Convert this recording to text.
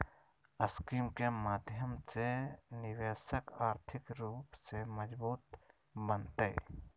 scheme के माध्यम से निवेशक आर्थिक रूप से मजबूत बनतय